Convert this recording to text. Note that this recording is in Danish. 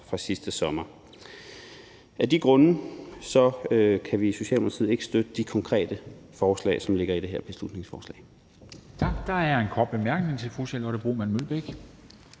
fra sidste sommer. Af de grunde kan vi i Socialdemokratiet ikke støtte det konkrete forslag, som ligger i det her beslutningsforslag. Kl. 11:17 Formanden (Henrik Dam Kristensen): Tak.